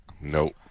Nope